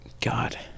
God